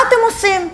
מה אתם עושים?